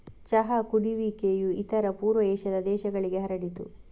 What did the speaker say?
ಚಹಾ ಕುಡಿಯುವಿಕೆಯು ಇತರ ಪೂರ್ವ ಏಷ್ಯಾದ ದೇಶಗಳಿಗೆ ಹರಡಿತು